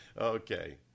okay